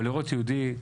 אבל לראות יהודי,